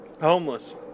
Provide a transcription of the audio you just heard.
Homeless